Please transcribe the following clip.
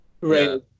Right